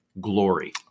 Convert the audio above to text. Glory